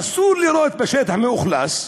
אסור לירות בשטח מאוכלס.